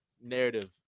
Narrative